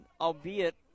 albeit